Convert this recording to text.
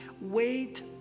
wait